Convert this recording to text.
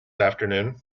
afternoon